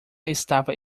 estava